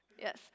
yes